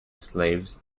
slaves